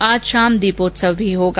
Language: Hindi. आज शाम दीपोर्त्सव भी होगा